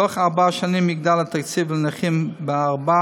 תוך ארבע שנים יגדל התקציב לנכים ב-4